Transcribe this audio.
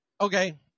Okay